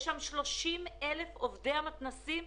30,000 עובדי המתנ"סים